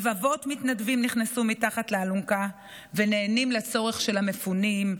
רבבות מתנדבים נכנסו מתחת לאלונקה ונענים לצורך של המפונים,